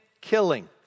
killing